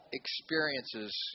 experiences